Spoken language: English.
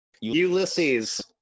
Ulysses